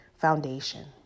foundation